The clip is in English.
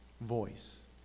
voice